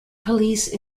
police